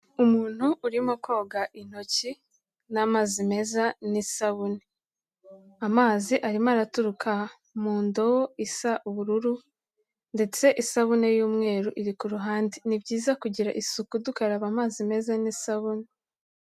Umuntu urimo koga intoki n'amazi meza n'isabune, amazi arimo araturuka mu ndobo isa ubururu ndetse isabune y'umweru iri ku ruhande, ni byiza kugira isuku dukaraba amazi meza n'isabune.